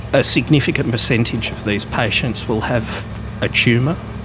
a significant percentage of these patients will have a tumour,